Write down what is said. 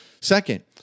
Second